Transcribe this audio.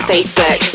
Facebook